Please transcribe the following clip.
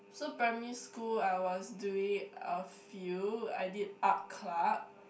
so primary school I was doing a few I did art club